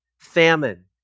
famine